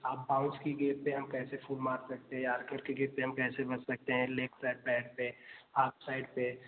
half bounce की गेंद पर हम कैसे फुल मार सकते हैं यार्कर के गेंद पर हम कैसे बच सकते हैं लेग्स और पैर से आउट साइड पर